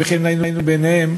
וכן היינו בעיניהם.